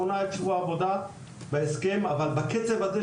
אבל בקצב הזה של קיצור שבוע העבודה,